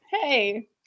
Hey